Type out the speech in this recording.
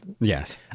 Yes